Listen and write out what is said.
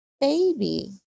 baby